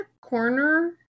corner